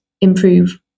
improve